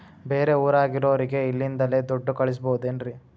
ಬೇರೆ ಊರಾಗಿರೋರಿಗೆ ಇಲ್ಲಿಂದಲೇ ದುಡ್ಡು ಕಳಿಸ್ಬೋದೇನ್ರಿ?